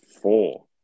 Four